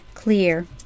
clear